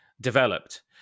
developed